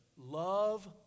love